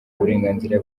uburenganzira